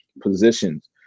positions